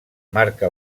marca